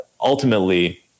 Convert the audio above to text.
ultimately